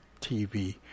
TV